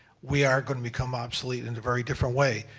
we are going to become obsolete in a very different way.